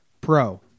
Pro